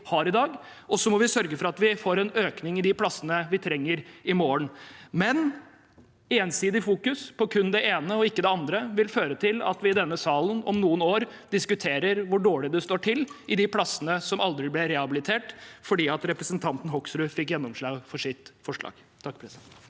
og så må vi sørge for at vi får den økningen i plasser vi trenger i morgen. Om man ensidig fokuserer på kun det ene og ikke det andre, vil det føre til at vi i denne salen om noen år diskuterer hvor dårlig det står til med de plassene som aldri ble rehabilitert, fordi representanten Hoksrud fikk gjennomslag for sitt forslag. Alfred Jens